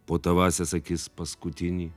po tavąsias akis paskutinį